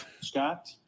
Scott